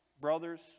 brothers